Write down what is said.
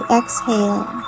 exhale